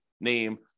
name